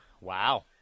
Wow